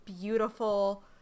beautiful